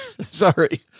Sorry